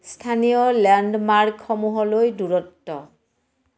স্থানীয় লেণ্ডমাৰ্কসমূহলৈ দূৰত্ব